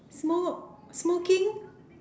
smoke smoking